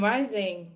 Rising